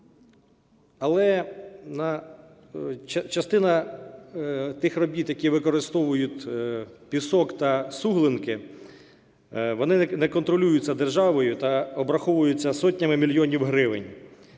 Частина тих робіт, які використовують пісок та суглинки, вони не контролюються державою та обраховуються сотнями мільйонів гривень.